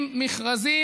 עם מכרזים,